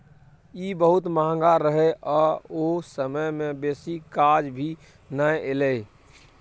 ई बहुत महंगा रहे आ ओ समय में बेसी काज भी नै एले